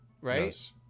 right